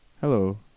Hello